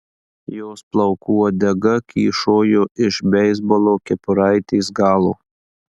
jos plaukų uodega kyšojo iš beisbolo kepuraitės galo